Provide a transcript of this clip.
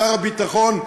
שר הביטחון,